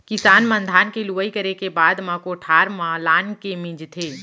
किसान मन धान के लुवई करे के बाद म कोठार म लानके मिंजथे